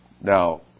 Now